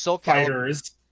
Fighters